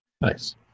Nice